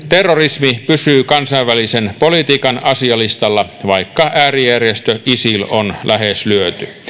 terrorismi pysyy kansainvälisen politiikan asialistalla vaikka äärijärjestö isil on lähes lyöty